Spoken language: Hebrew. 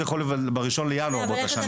יכול להיוולד ב-1 בינואר באותה שנה.